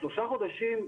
השלושה חודשים,